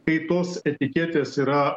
kai tos etiketės yra